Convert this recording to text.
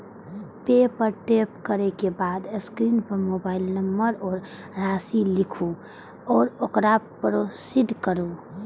पे पर टैप करै के बाद स्क्रीन पर मोबाइल नंबर आ राशि लिखू आ ओकरा प्रोसीड करू